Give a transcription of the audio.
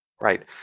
right